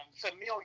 familiar